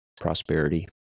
prosperity